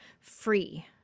free